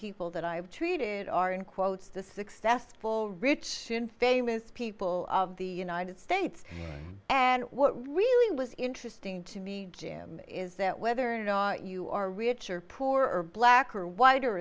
people that i've treated are in quotes the successful rich and famous people of the united states and what really was interesting to me jim is that whether or not you are rich or poor or black or white or